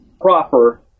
proper